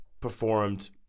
performed